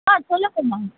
ஆ சொல்லுங்கம்மா